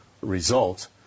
result